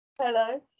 hello